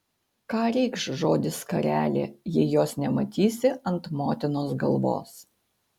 ką reikš žodis skarelė jei jos nematysi ant motinos galvos